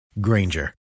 Granger